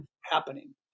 happening